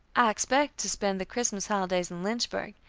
i expect to spend the christmas holidays in lynchburg.